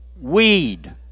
Weed